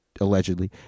allegedly